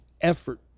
effort